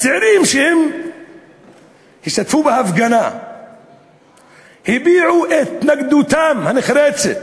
הצעירים שהשתתפו בהפגנה הביעו את התנגדותם הנחרצת.